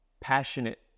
Passionate